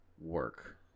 work